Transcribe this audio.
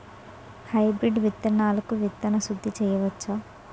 Hybrid విత్తనాలకు విత్తన శుద్ది చేయవచ్చ?